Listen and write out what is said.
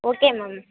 okay ma'am